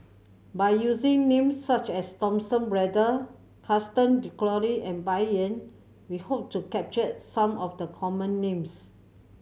by using names such as Thomas Braddell Gaston Dutronquoy and Bai Yan we hope to capture some of the common names